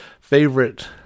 favorite